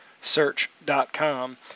search.com